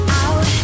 out